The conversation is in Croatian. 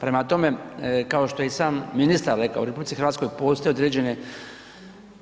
Prema tome, kao što je i sam ministar rekao, u RH postoje određene